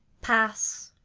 pass.